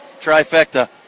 Trifecta